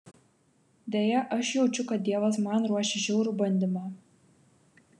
deja aš jaučiu kad dievas man ruošia žiaurų bandymą